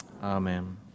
Amen